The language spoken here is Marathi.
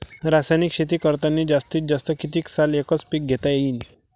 रासायनिक शेती करतांनी जास्तीत जास्त कितीक साल एकच एक पीक घेता येईन?